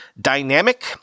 dynamic